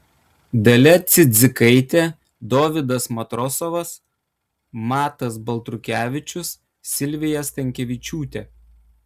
dalia cidzikaitė dovydas matrosovas matas baltrukevičius silvija stankevičiūtė